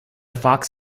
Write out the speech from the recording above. fox